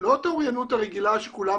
והתלמידים לא את האוריינות הרגילה שכולם